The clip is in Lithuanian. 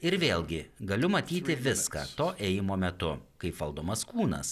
ir vėlgi galiu matyti viską to ėjimo metu kaip valdomas kūnas